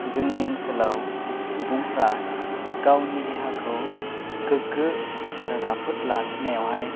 जोंनि ओनसोलाव सुबुंफ्रा गावनि देहाखौ गोग्गो आरो राफोद लाखिनायावहाय